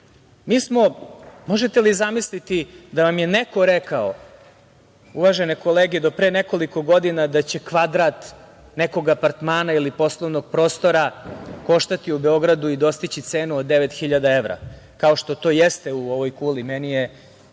budućnosti. Možete li zamisliti da vam je neko rekao, uvažene kolege, do pre nekoliko godina, da će kvadrat nekog apartmana ili poslovnog prostora koštati u Beogradu i dostići cenu od devet hiljada evra, kao što to jeste u ovoj kuli? Meni je